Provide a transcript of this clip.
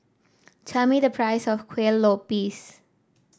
tell me the price of Kuih Lopes